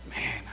Man